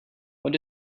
what